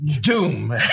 Doom